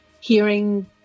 hearing